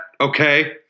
okay